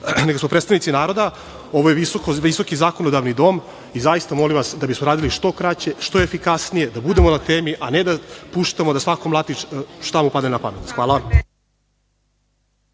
nego smo predstavnici naroda. Ovo je visoki zakonodavni dom i zaista, molim vas, da bismo radi što kraće, što efikasnije, da budemo na temi, a ne da puštamo da svako mlati šta mu padne na pamet. Hvala.